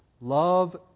Love